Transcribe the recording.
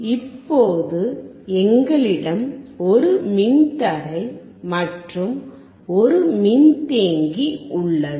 இப்போது எங்களிடம் ஒரு மின்தடை மற்றும் ஒரு மின்தேக்கி உள்ளது